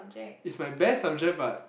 it's my best subject but